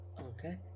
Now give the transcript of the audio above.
Okay